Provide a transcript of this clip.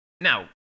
Now